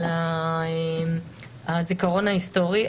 הזיכרון ההיסטורי,